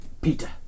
Peter